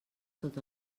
tot